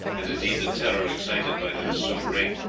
and indeed the terror excited by them is so great,